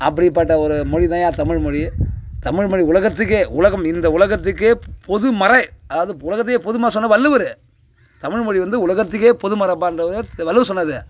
அப்படிப்பட்ட ஒரு மொழி தான் தமிழ் மொழி தமிழ் மொழி உலகத்துக்கே உலகம் இந்த உலகத்துக்கே பொதுமறை அதாவது உலகத்துக்கே பொதுமா சொன்னார் வள்ளுவர் தமிழ் மொழி வந்து உலகத்துக்கே பொதுமறப்பான்றவரு இது வள்ளுவர் சொன்னது